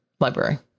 library